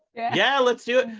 yeah. yeah, let's do it!